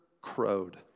crowed